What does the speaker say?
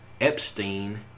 Epstein